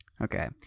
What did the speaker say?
Okay